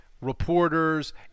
reporters